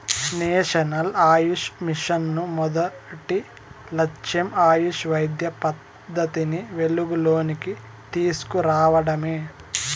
national AYUSH mission మొదటి లచ్చెం ఆయుష్ వైద్య పద్దతిని వెలుగులోనికి తీస్కు రావడమే